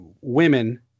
women